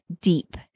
deep